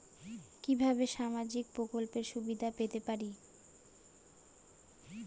কিভাবে সামাজিক প্রকল্পের সুবিধা পেতে পারি?